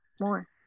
more